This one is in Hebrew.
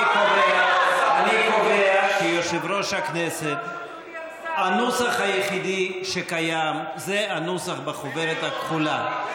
אני קובע כיושב-ראש הכנסת: הנוסח היחידי שקיים זה הנוסח בחוברת הכחולה.